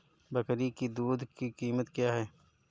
बकरी की दूध की कीमत क्या है?